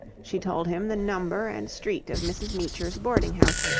she told him the number and street of mrs. meecher's boarding-house,